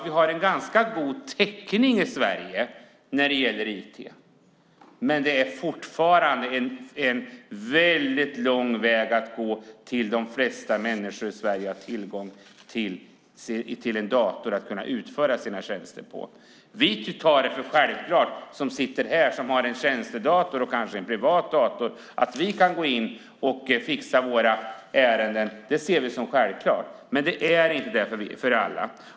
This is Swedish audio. Vi har ganska god täckning i Sverige när det gäller IT, men det är fortfarande lång väg att gå tills de flesta människor i Sverige har tillgång till en dator att utföra sina tjänster på. Vi som sitter här och har en tjänstedator och kanske en privat dator tar det för självklart att vi kan gå in och fixa våra ärenden, men det är inte självklart för alla.